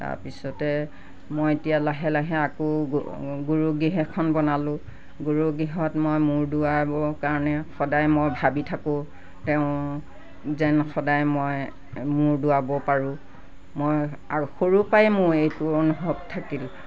তাৰ পিছতে মই এতিয়া লাহে লাহে আকৌ গুৰু গৃহখন বনালোঁ গুৰুগৃহত মই মূৰ দোঁৱাব কাৰণে সদায় মই ভাবি থাকোঁ তেওঁ যেন সদায় মই মূৰ দোঁৱাব পাৰোঁ মই আৰু সৰুৰে পৰাই মোৰ এইটো অনুভৱ থাকিল